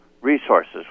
resources